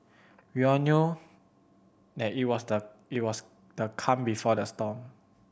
we all knew that it was the it was the calm before the storm